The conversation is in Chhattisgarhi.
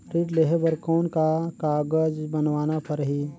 ऋण लेहे बर कौन का कागज बनवाना परही?